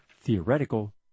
theoretical